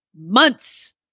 months